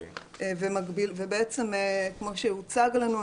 ובעצם כמו שהוצג לנו,